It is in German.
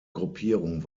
gruppierung